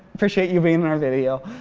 appreciate you being in our video